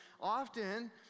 often